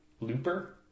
Looper